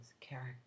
character